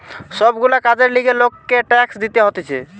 সব গুলা কাজের লিগে লোককে ট্যাক্স দিতে হতিছে